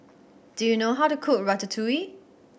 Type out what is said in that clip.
do you know how to cook Ratatouille